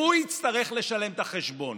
שהוא יצטרך לשלם את החשבון.